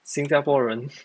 新加坡人